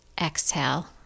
exhale